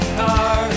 car